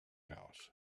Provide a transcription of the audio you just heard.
house